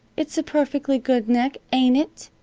it's a perfectly good neck, ain't it?